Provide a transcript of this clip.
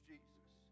Jesus